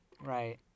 right